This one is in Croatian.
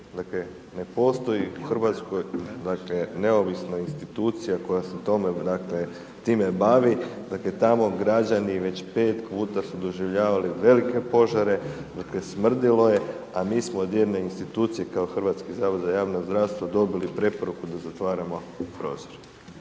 Dakle, ne postoji u RH, dakle, neovisna institucija, koja se tome, dakle, time bavi, dakle, tamo građani već pet puta su doživljavali velike požare, dakle, smrdilo je, a mi smo od jedne institucije kao Hrvatski zavod za javno zdravstvo dobili preporuku da zatvaramo prozor.